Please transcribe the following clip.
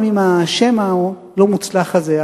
גם עם השם הלא-מוצלח הזה,